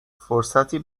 فرصتی